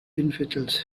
infidels